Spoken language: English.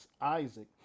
Isaac